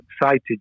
excited